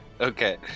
okay